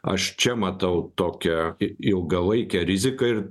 aš čia matau tokią ilgalaikę riziką ir